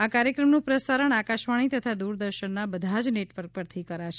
આ કાર્યક્રમનું પ્રસારણ આકાશવાણી તથા દૂરદર્શનના બધા જ નેટવર્ક પરથી કરશે